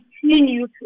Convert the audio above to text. continue